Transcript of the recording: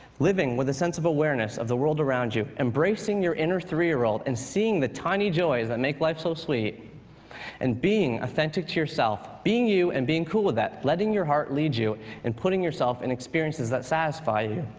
living with a sense of awareness of the world around you, embracing your inner three year-old and seeing the tiny joys that make life so sweet and being authentic to yourself, being you and being cool with that, letting your heart lead you and putting yourself in experiences that satisfy you,